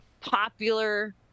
popular